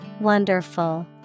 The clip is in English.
Wonderful